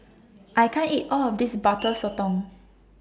I can't eat All of This Butter Sotong